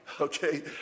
okay